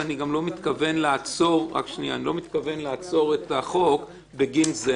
ואני גם לא מתכוון לעצור את החוק בגין זה.